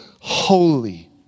holy